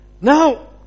now